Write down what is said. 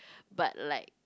but like